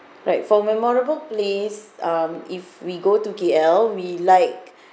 right for memorable place um if we go to K_L we like